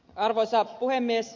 arvoisa puhemies